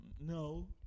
No